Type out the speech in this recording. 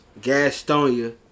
Gastonia